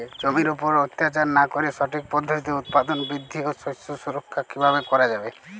জমির উপর অত্যাচার না করে সঠিক পদ্ধতিতে উৎপাদন বৃদ্ধি ও শস্য সুরক্ষা কীভাবে করা যাবে?